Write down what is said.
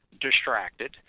distracted